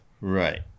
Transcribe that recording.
Right